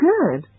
Good